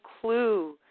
clue